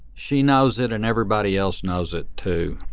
she knows it and everybody else knows it too.